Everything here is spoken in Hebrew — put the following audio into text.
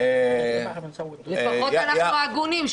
לפחות אנחנו הגונים.